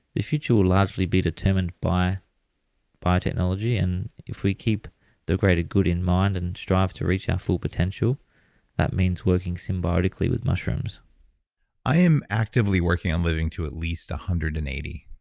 the future will largely be determined by biotechnology, and if we keep the greater good in mind and strive to reach our full potential that means working symbiotically with mushrooms i am actively working on living to at least one hundred and eighty.